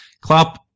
Klopp